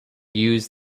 use